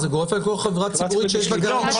זה גורף על כל חברה ציבורית שיש לה גרעין שליטה